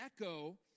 echo